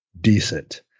decent